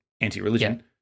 anti-religion